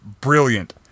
brilliant